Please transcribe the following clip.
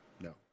no